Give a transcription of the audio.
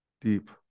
deep